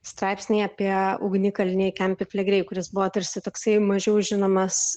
straipsniai apie ugnikalnį kempi flegrei kuris buvo tarsi toksai mažiau žinomas